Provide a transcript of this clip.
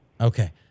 Okay